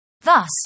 Thus